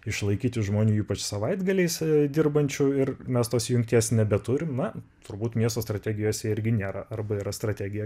išlaikyti žmonių ypač savaitgaliais dirbančių ir mes tos jungties nebeturim na turbūt miesto strategijose irgi nėra arba yra strategija